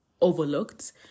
overlooked